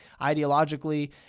Ideologically